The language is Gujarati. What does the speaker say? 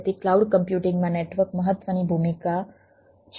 તેથી ક્લાઉડ કમ્પ્યુટિંગમાં નેટવર્ક મહત્વની ભૂમિકા છે